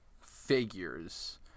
figures